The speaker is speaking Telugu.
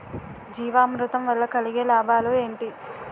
జీవామృతం వల్ల కలిగే లాభాలు ఏంటి?